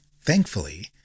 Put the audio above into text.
Thankfully